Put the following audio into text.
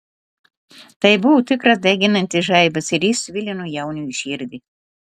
tai buvo tikras deginantis žaibas ir jis svilino jauniui širdį